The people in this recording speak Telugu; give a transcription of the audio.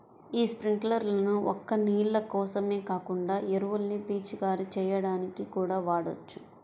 యీ స్పింకర్లను ఒక్క నీళ్ళ కోసమే కాకుండా ఎరువుల్ని పిచికారీ చెయ్యడానికి కూడా వాడొచ్చు